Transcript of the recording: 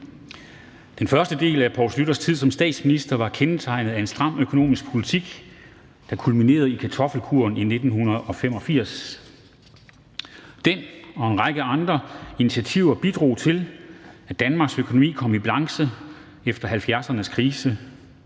Den første del af Poul Schlüters tid som statsminister var kendetegnet af en stram økonomisk politik, der kulminerede i kartoffelkuren i 1985. Den og en række andre initiativer bidrog til, at Danmarks økonomi kom i balance efter 1970'ernes krise,